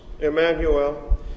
Emmanuel